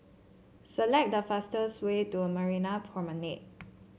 select the fastest way to Marina Promenade